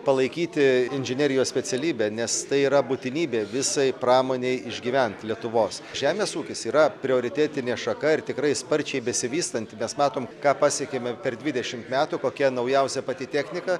palaikyti inžinerijos specialybę nes tai yra būtinybė visai pramonei išgyvent lietuvos žemės ūkis yra prioritetinė šaka ir tikrai sparčiai besivystanti nes matom ką pasiekėme per dvidešimt metų kokia naujausia pati technika